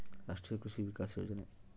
ರಾಷ್ಟ್ರೀಯ ಕೃಷಿ ವಿಕಾಸ ಯೋಜನೆ